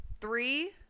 three